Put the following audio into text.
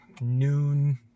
noon